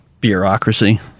bureaucracy